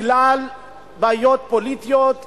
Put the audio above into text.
בגלל בעיות פוליטיות שלכם,